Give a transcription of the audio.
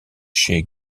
chez